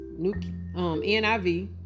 NIV